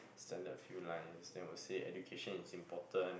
standard few lines then would say education is important